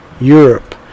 Europe